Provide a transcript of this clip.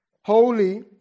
holy